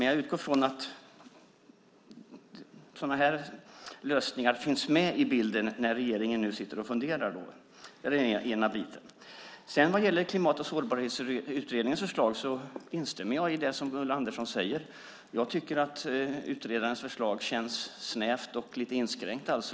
Jag utgår från att sådana lösningar finns med i bilden när regeringen funderar. Vad gäller Klimat och sårbarhetsutredningens förslag instämmer jag i det som Ulla Andersson säger. Utredarens förslag känns snävt och lite inskränkt.